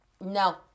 No